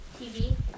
TV